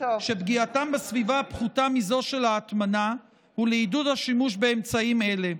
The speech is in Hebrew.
שפגיעתם בסביבה פחותה מזו של ההטמנה ולעידוד השימוש באמצעים אלה.